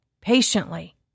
Patiently